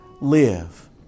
live